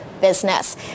business